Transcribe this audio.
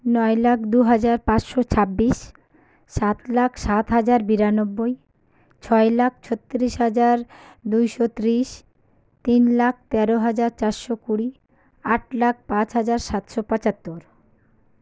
নয় লাখ দু হাজার পাঁচশো ছাব্বিশ সাত লাখ সাত হাজার বিরানব্বই ছয় লাখ ছত্রিশ হাজার দুইশো ত্রিশ তিন লাখ তেরো হাজার চারশো কুড়ি আট লাখ পাঁচ হাজার সাতশো পঁচাত্তর